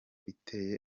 iteye